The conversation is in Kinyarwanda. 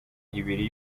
ibiri